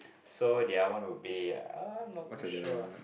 so the other one will be ah not too sure